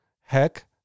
Heck